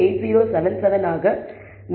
8077 ஆக மேம்படுகிறது